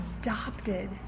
adopted